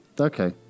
Okay